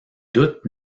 doute